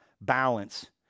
balance